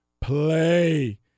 play